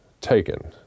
taken